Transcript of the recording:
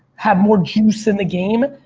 have more juice in the game.